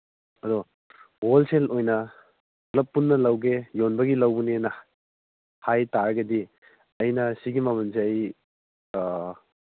ꯑꯗꯨ ꯍꯣꯜꯁꯦꯜ ꯑꯣꯏꯅ ꯄꯨꯂꯞ ꯄꯨꯟꯅ ꯂꯧꯒꯦ ꯌꯣꯟꯕꯒꯤ ꯂꯧꯕꯅꯦꯅ ꯍꯥꯏ ꯇꯥꯔꯒꯗꯤ ꯑꯩꯅ ꯁꯤꯒꯤ ꯃꯃꯟꯁꯤ ꯑꯩ